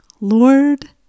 Lord